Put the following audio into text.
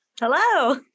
Hello